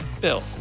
Bill